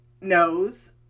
knows